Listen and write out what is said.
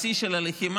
בשיא של הלחימה,